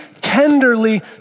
tenderly